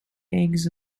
eggs